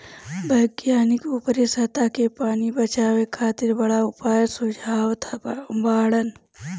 वैज्ञानिक ऊपरी सतह के पानी बचावे खातिर बड़ा उपाय सुझावत बाड़न